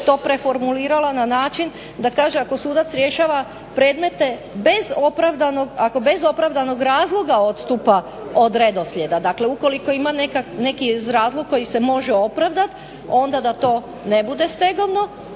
to preformulirala na način da kaže ako sudac rješava predmete, ako bez opravdanog razloga odstupa od redoslijeda, dakle ukoliko ima neki razlog koji se može opravdat onda da to ne bude stegovno,